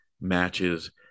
matches